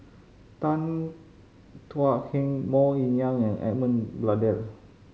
Tan Thuan Heng Mok Ying and Edmund Blundell